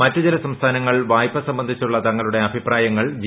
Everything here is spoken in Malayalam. മറ്റു ചില സംസ്ഥാനങ്ങൾ വായ്പ സംബന്ധിച്ചുള്ള തങ്ങളുടെ അഭിപ്രായങ്ങൾ ജി